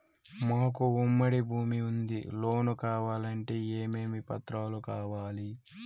మాకు ఉమ్మడి భూమి ఉంది లోను కావాలంటే ఏమేమి పత్రాలు కావాలి?